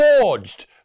forged